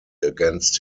against